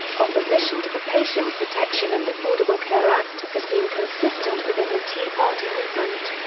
opposition to the patient protection and affordable care act has been consistent within the tea party movement.